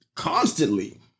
constantly